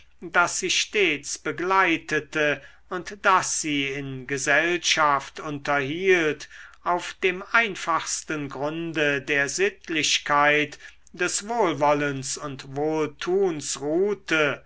das sie stets begleitete und das sie in gesellschaft unterhielt auf dem einfachsten grunde der sittlichkeit des wohlwollens und wohltuns ruhte